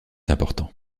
importants